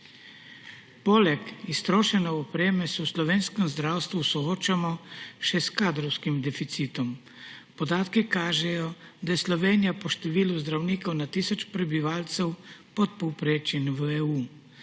Poleg iztrošene opreme se v slovenskem zdravstvu soočamo še s kadrovskim deficitom. Podatki kažejo, da je Slovenija po številu zdravnikov na tisoč prebivalcev pod povprečjem v EU,